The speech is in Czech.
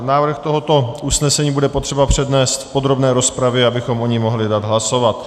Návrh tohoto usnesení bude potřeba přednést v podrobné rozpravě, abychom o něm mohli dát hlasovat.